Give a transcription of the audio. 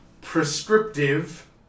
prescriptive